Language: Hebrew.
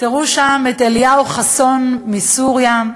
תראו שם את אליהו חסון מסוריה,